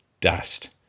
dust